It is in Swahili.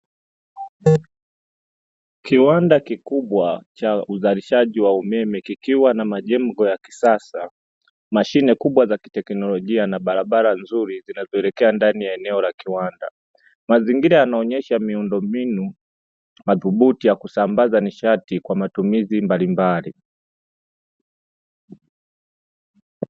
Kiwanda kikubwa cha uzalishaji wa umeme kikiwa na majengo ya kisasa, mashine kubwa za teknolojia, na barabara nzuri zinazoelekea ndani ya eneo la kiwanda, mazingira yanaonyesha miundombinu madhubuti ya kusambaza nishati kwa matumizi mbalimbali.